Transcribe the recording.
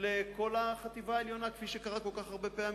לכל החטיבה העליונה, כפי שקרה כל כך הרבה פעמים.